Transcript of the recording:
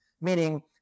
Meaning